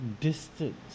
distance